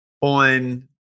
on